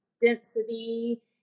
density